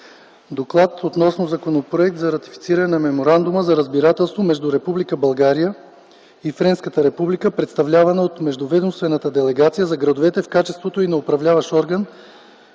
внесения Законопроект за ратифициране на Меморандума за разбирателство между Република България и Френската република, представлявана от Междуведомствена делегация за градовете в качеството й на управляващ орган